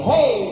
Hey